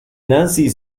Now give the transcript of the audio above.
nancy